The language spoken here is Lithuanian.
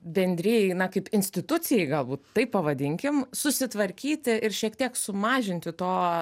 bendrijai na kaip institucijai galbūt taip pavadinkim susitvarkyti ir šiek tiek sumažinti to